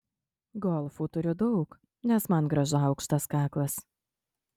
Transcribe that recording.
golfų turiu daug nes man gražu aukštas kaklas